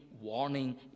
warning